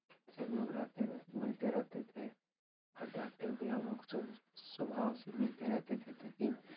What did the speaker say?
सब लोग रहते र मिलते रहते थे और डाक्टर भी हम लोग स स्वभाव से मिलते रहते थे ताकि